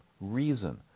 reason